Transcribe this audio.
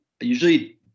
usually